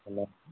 ఉన్నాయి